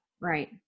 Right